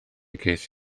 ces